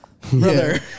brother